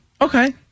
okay